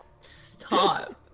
Stop